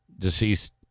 deceased